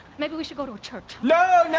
maybe we should go to a church. no! no,